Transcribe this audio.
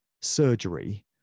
surgery